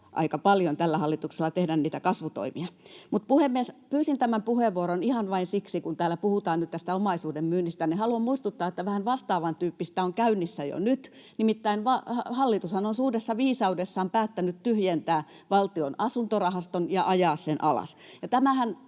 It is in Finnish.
aika paljon tällä hallituksella tehdä niitä kasvutoimia. Puhemies! Pyysin tämän puheenvuoron ihan vain siksi, kun täällä puhutaan nyt omaisuuden myynnistä. Haluan muistuttaa, että vähän vastaavantyyppistä on käynnissä jo nyt. Nimittäin hallitushan on suuressa viisaudessaan päättänyt tyhjentää Valtion asuntorahaston ja ajaa sen alas.